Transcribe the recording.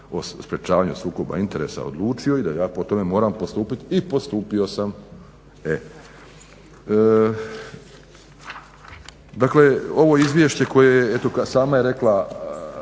o sprječavanju sukoba interesa odlučio i da ja po tome moram postupiti i postupio sam. Dakle, ovo izvješće koje je, eto sama je rekla